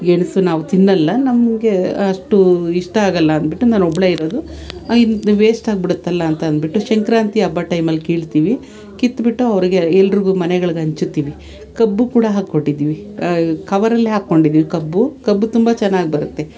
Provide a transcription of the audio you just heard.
ಗೆಣಸು ನಾವು ತಿನ್ನೊಲ್ಲ ನಮಗೆ ಅಷ್ಟೂ ಇಷ್ಟ ಆಗೊಲ್ಲ ಅಂದ್ಬಿಟ್ಟು ನಾನು ಒಬ್ಳೆ ಇರೋದು ವೇಸ್ಟ್ ಆಗ್ಬಿಡ್ತಲ್ಲ ಅಂತ ಅಂದ್ಬಿಟ್ಟು ಸಂಕ್ರಾಂತಿ ಹಬ್ಬದ ಟೈಮಲ್ಲಿ ಕೀಳ್ತೀವಿ ಕಿತ್ಬಿಟ್ಟು ಅವ್ರಿಗೆ ಎಲ್ರಿಗೂ ಮನೆಗಳ್ಗೆ ಹಂಚುತ್ತೀವಿ ಕಬ್ಬು ಕೂಡ ಹಾಕ್ಕೊಟ್ಟಿದ್ದೀವಿ ಕವರಲ್ಲೆ ಹಾಕ್ಕೊಂಡಿದ್ದೀವಿ ಕಬ್ಬು ಕಬ್ಬು ತುಂಬ ಚೆನ್ನಾಗಿ ಬರುತ್ತೆ